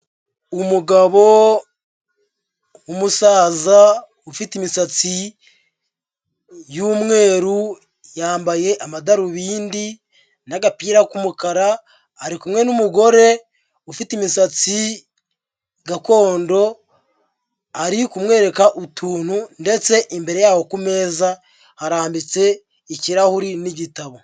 Umugabo w'umusaza ufite imisatsi y'umweru, yambaye amadarubindi n'agapira k'umukara, ari kumwe n'umugore ufite imisatsi gakondo, ari kumwereka utuntu ndetse imbere yabo ku meza harambitse ikirahuri n'igitabo.